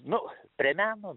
nu prie meno